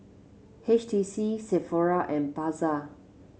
H T C Sephora and Pasar